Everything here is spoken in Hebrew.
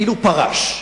אילו פרש,